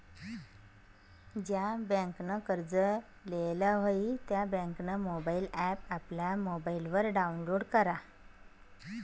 ज्या बँकनं कर्ज लेयेल व्हयी त्या बँकनं मोबाईल ॲप आपला मोबाईलवर डाऊनलोड करा